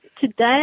Today